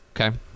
Okay